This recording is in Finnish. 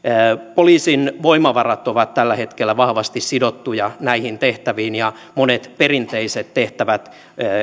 poliisin voimavarat ovat tällä hetkellä vahvasti sidottuja näihin tehtäviin ja monet perinteiset tehtävät